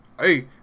Hey